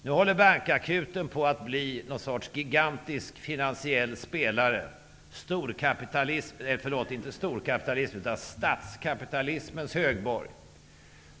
Nu håller bankakuten på att bli någon sorts gigantisk finansiell spelare, statskapitalismens högborg.